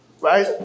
right